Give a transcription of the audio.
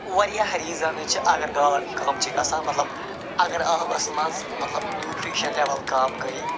واریاہ ریٖزَنٕز چھِ اگر گاڈ کَم چھِ گژھان مطلب اگر آبَس منٛز مطلب نیوٗٹریٖشَن لٮ۪وَل کَم گٔے